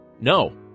no